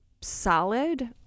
solid